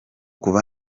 kuva